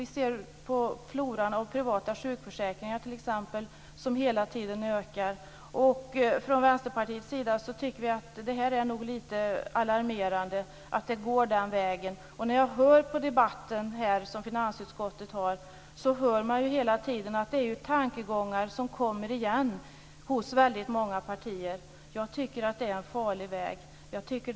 Vi kan se det t.ex. på floran av privata sjukförsäkringar som hela tiden ökar. Från Vänsterpartiets sida tycker vi att det är lite alarmerande att det går den vägen. Och när man hör på debatten som finansutskottet har är det hela tiden tankegångar som kommer igen hos väldigt många partier. Jag tycker att det är en farlig väg.